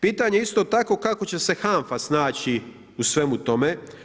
Pitanje isto tako, kako će se HAMFA snaći u svemu tome?